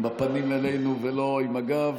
עם הפנים אלינו ולא עם הגב.